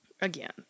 Again